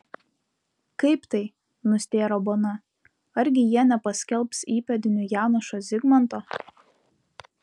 kaip tai nustėro bona argi jie nepaskelbs įpėdiniu janošo zigmanto